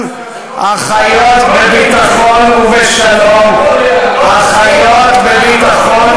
בביטחון ובשלום האחת עם רעותה.